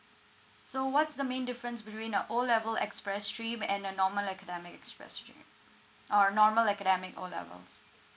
so what's the main difference between the O level express stream and the normal academic express stream uh normal academic O levels